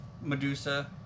Medusa